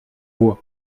voix